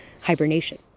hibernation